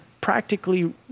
practically